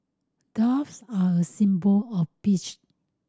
doves are a symbol of peace